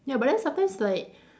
ya but then sometimes like